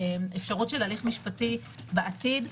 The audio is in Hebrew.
אפשרות של הליך משפטי בעתיד.